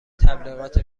تبلیغات